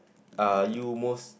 are you most